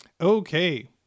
Okay